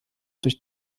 durch